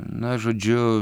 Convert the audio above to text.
na žodžiu